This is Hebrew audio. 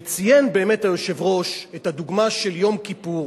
וציין באמת היושב-ראש את הדוגמה של יום כיפור.